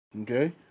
Okay